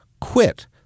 quit